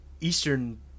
eastern